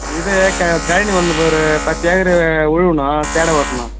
இது க கயனி ஒன்று இப்போ ஒரு பத்து ஏக்கரு விழுவுணும் சேடை ஓட்டணும்